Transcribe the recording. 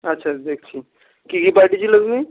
আচ্ছা দেখছি কী কী পাঠিয়েছিলে তুমি